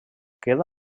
queda